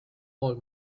pool